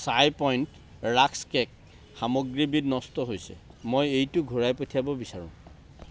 চাই Point rusk cake সামগ্ৰীবিধ নষ্ট হৈছে মই এইটো ঘূৰাই পঠিয়াব বিচাৰোঁ